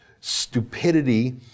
stupidity